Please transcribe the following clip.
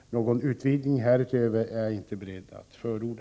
Någon utvidgning härutöver är jag inte beredd att förorda.